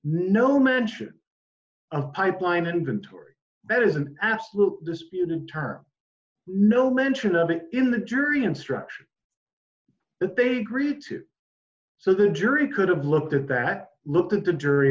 no mention of pipeline inventory that is an absolute disputed term no mention of it in the jury instruction that they agreed to so the jury could have looked at that looked at the jury